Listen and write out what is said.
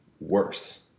worse